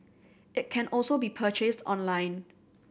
it can also be purchased online